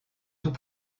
tout